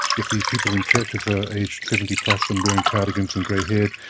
if the people in churches are aged seventy plus and wearing cardigans and grey-haired,